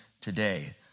today